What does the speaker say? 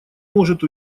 может